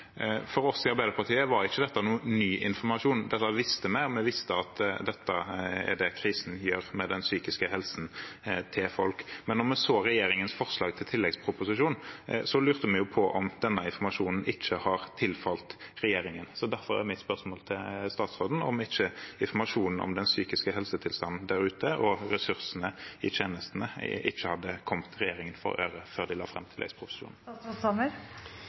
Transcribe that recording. dette noen ny informasjon. Dette visste vi. Vi visste at dette er det krisen gjør med den psykiske helsen til folk, men da vi så regjeringens forslag til tilleggsproposisjon, lurte vi jo på om denne informasjonen ikke hadde tilfalt regjeringen. Derfor er mitt spørsmål til statsråden om informasjonen om den psykiske helsetilstanden der ute og ressursene i tjenestene ikke hadde kommet regjeringen for øre før de la fram tilleggsproposisjonen?